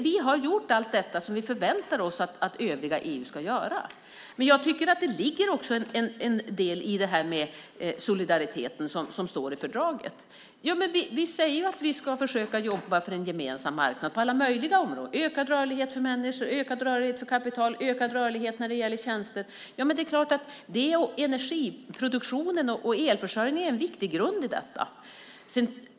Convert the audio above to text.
Vi har gjort allt detta som vi förväntar oss att övriga EU ska göra. Men jag tycker att det också ligger en del i det här med solidariteten, som det står i fördraget. Vi säger ju att vi ska försöka jobba för en gemensam marknad på alla möjliga områden: ökad rörlighet för människor, ökad rörlighet för kapital, ökad rörlighet när det gäller tjänster. Det är klart att energiproduktion och elförsörjning är en viktig grund i detta.